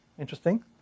interesting